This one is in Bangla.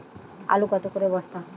আলু কত করে বস্তা?